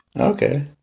Okay